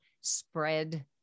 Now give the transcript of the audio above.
spread